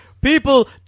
people